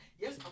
yes